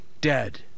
dead